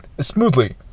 smoothly